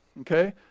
okay